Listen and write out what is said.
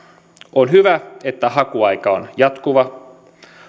on hyvä että hakuaika on jatkuva